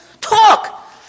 Talk